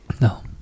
No